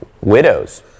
widows